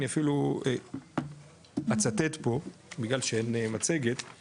אני אפילו אצטט פה בגלל שאין מצגת,